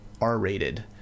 R-rated